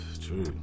True